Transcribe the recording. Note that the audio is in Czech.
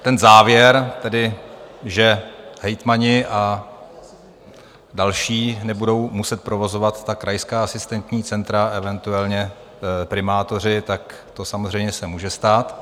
Ten závěr, tedy že hejtmani a další nebudou muset provozovat ta krajská asistenční centra, eventuálně primátoři, to samozřejmě se může stát.